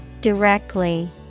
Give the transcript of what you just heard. Directly